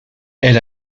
elle